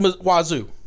Wazoo